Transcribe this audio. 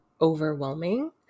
overwhelming